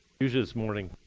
usually it's morning.